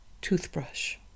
Toothbrush